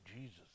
Jesus